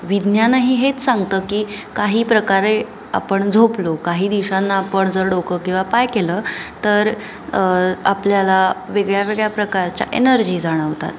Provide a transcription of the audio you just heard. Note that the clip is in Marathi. विज्ञानही हेच सांगतं की काही प्रकारे आपण झोपलो काही दिशांना आपण जर डोकं किंवा पाय केलं तर आपल्याला वेगळ्या वेगळ्या प्रकारच्या एनर्जी जाणवतात